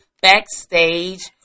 Backstage